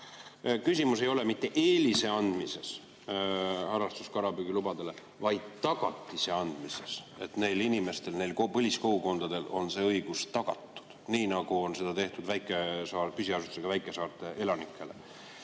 Küsimus ei ole mitte eelise andmises harrastuskalapüügi lubadele, vaid tagatise andmises, et neile inimestele, põliskogukondadele oleks see õigus tagatud, nii nagu seda on tehtud püsiasustusega väikesaarte elanikele.